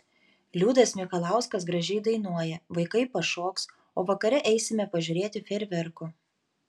liudas mikalauskas gražiai dainuoja vaikai pašoks o vakare eisime pažiūrėti fejerverkų